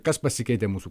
kas pasikeitė mūsų